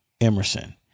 Emerson